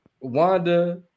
Wanda